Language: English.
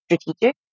strategic